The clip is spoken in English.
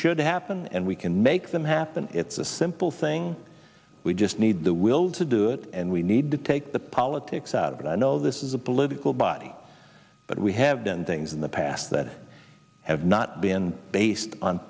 should happen and we can make them happen it's a simple thing we just need the will to do it and we need to take the politics out of it i know this is a political body but we have done things in the past that have not been based on